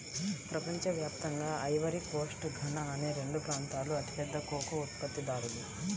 ప్రపంచ వ్యాప్తంగా Ivory Coast, Ghana అనే రెండు ప్రాంతాలూ అతిపెద్ద కోకో ఉత్పత్తిదారులు